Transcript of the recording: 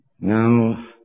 Now